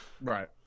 Right